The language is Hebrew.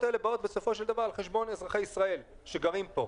האלה באות בסופו של דבר על חשבון אזרחי ישראל שגרים כאן,